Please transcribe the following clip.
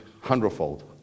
hundredfold